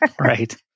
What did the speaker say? right